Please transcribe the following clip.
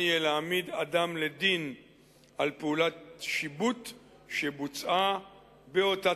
יהיה להעמיד אדם לדין על פעולת שיבוט שבוצעה באותה